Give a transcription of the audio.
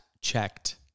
checked